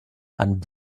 and